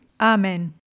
Amen